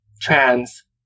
trans